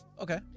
okay